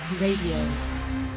Radio